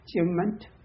Achievement